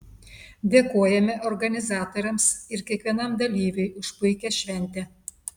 dėkojame organizatoriams ir kiekvienam dalyviui už puikią šventę